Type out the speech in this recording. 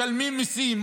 משלמים מיסים,